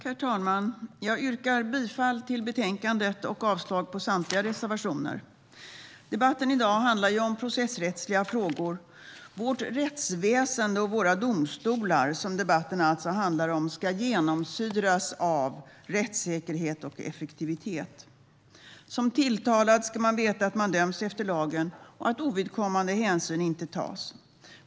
Herr talman! Jag yrkar bifall till förslaget i betänkandet och avslag på samtliga reservationer. Debatten i dag handlar om processrättsliga frågor. Vårt rättsväsen och våra domstolar, som debatten alltså handlar om, ska genomsyras av rättssäkerhet och effektivitet. Som tilltalad ska man veta att man döms efter lagen och att ovidkommande hänsyn inte tas.